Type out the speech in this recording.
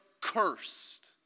cursed